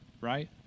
right